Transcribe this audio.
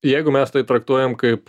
jeigu mes tai traktuojam kaip